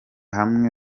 hamwe